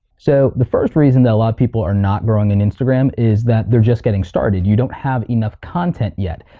so the first reason that a lot of people are not growing an instagram is that they're just getting started. you don't have enough content yet.